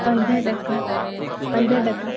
पंज टका पंज टका